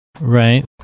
Right